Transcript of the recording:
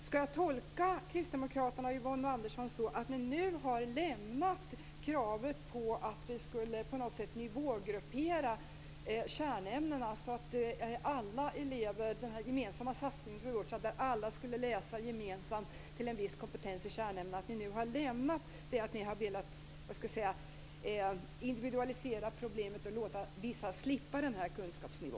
Skall jag tolka Kristdemokraterna och Yvonne Andersson så, att ni nu har lämnat kravet på att nivågruppera kärnämnena och satsningen på att alla elever skall läsa gemensamt till en viss kompetens i kärnämnena? Har ni lämnat er tidigare vilja att individualisera problemet och låta vissa slippa denna kunskapsnivå?